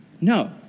No